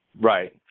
Right